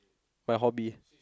my hobby